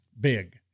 big